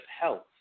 health